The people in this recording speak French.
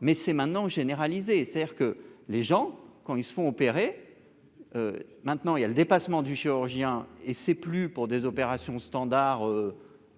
mais c'est maintenant généraliser c'est-à-dire que les gens quand ils se font opérer maintenant il y a le dépassement du chirurgien et c'est plus pour des opérations standard